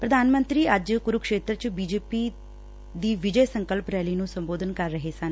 ਪ੍ਰਧਾਨ ਮੰਤਰੀ ਅੱਜ ਕੁਰਕਸ਼ੇਤਰ ਚ ਬੀ ਜੇ ਪੀ ਦੀ ਵਿਜੇ ਸੰਕਲਪ ਰੈਲੀ ਨੂੰ ਸੰਬੋਧਨ ਕਰ ਰਹੇ ਸਨ